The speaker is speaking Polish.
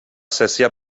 sesja